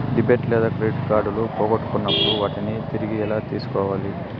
debit లేదా credit కార్డులు పోగొట్టుకున్నప్పుడు వాటిని తిరిగి ఎలా తీసుకోవాలి